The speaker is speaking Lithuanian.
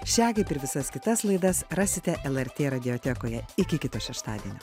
šią kaip ir visas kitas laidas rasite lrt radiotekoje iki kito šeštadienio